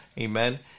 Amen